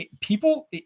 people